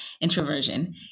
introversion